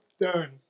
done